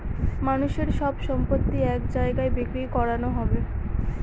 মানুষের সব সম্পত্তি এক জায়গায় বিক্রি করানো হবে